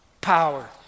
power